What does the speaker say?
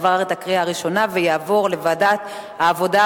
לוועדת העבודה,